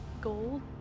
Gold